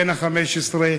בן 15,